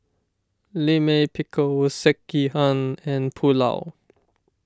Lime Pickle Sekihan and Pulao